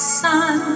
sun